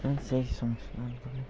সেই সমস্যা